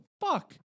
fuck